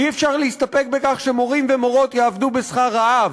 אי-אפשר להסתפק בכך שמורים ומורות יעבדו בשכר רעב.